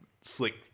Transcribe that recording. slick